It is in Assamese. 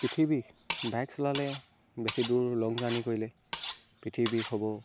পিঠি বিষ বাইক চলালে বেছি দূৰ লং জাৰ্ণি কৰিলে পিঠি বিষ হ'ব